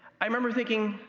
i remember thinking,